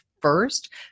first